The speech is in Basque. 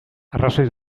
arrazoi